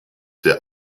der